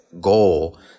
goal